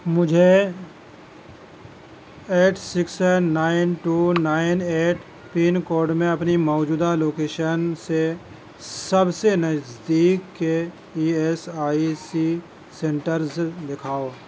مجھے eight six nine two nine eight pin code میں اپنی موجودہ لوکیشن سے سب سے نزدیک کے E S I C centres دکھاؤ